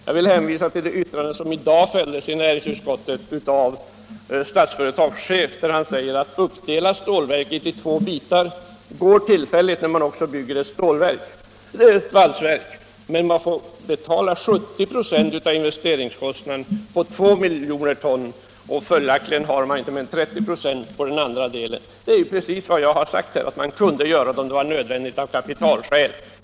Jag vill också hänvisa till det yttrande som i dag fälldes i näringsutskottet av Statsföretags chef, som sade: Att uppdela stålverket i två bitar går tillfälligt, när man också bygger ett valsverk, men man får betala 70 96 av investeringskostnaden på 2 miljoner ton, och följaktligen har man inte mer än 30 96 på den andra delen. Det är ju precis vad jag har sagt att man kunde göra om det var nödvändigt av kapitalskäl.